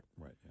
Right